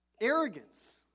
Arrogance